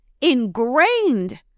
ingrained